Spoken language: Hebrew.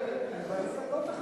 מבאס לעלות אחריך,